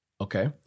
Okay